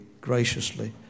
graciously